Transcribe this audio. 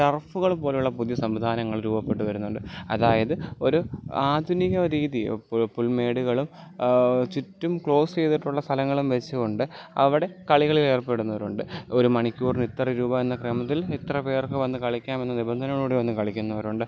ടറഫുകൾ പോലുള്ള പുതിയ സംവിധാനങ്ങൾ രൂപപ്പെട്ട് വരുന്നുണ്ട് അതായിത് ഒരു ആധുനിക രീതി പുൽ മേടുകളും ചുറ്റും ക്ലോസ്സ് ചെയ്തിട്ടുള്ള സ്ഥലങ്ങളും വെച്ച് കൊണ്ട് അവിടെ കളികളിലേർപ്പെടുന്നവരുണ്ട് ഒരു മണിക്കൂറിന് ഇത്ര രൂപ എന്നൊക്കെ അന്നട്ടിൽ ഇത്ര പേർക്ക് വന്ന് കളിക്കാമെന്ന് നിബന്ധനകളോട് വന്ന് കളിക്കുന്നവരുണ്ട്